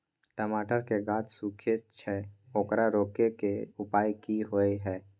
टमाटर के गाछ सूखे छै ओकरा रोके के उपाय कि होय है?